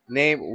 name